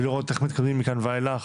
ולראות איך מתקדמים מכאן ואילך.